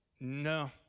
no